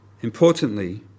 Importantly